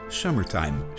summertime